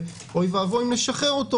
ואוי ואבוי אם נשחרר אותו